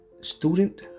student